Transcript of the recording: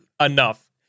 enough